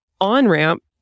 on-ramp